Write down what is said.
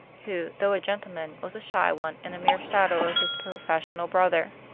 who, though a gentleman, was a shy one, and a mere shadow of his professional brother.